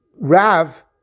Rav